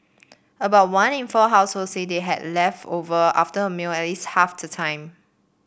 about one in four household said they had leftovers after a meal at least half the time